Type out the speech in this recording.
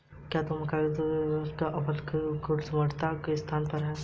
क्या तुम कर्जदारों के विभिन्न प्रकारों से अवगत हो?